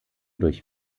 durch